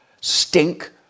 stink